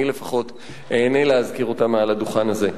אני לפחות איהנה להזכיר אותם מעל הדוכן הזה.